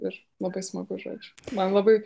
ir labai smagu žodžiu man labai